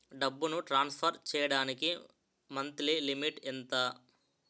డబ్బును ట్రాన్సఫర్ చేయడానికి monthly limit ఎంత?